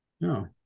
No